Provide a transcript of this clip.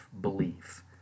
belief